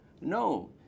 No